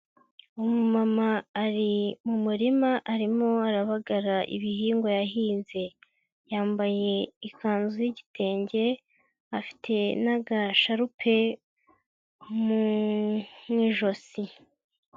Umuma ari mu murima arimo arabagara ibihingwa yahinze, yambaye ikanzu y'igitenge afite n'agasharupe mu'ijosi.